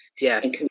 yes